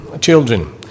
children